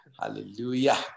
Hallelujah